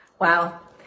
wow